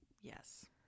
Yes